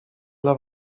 dla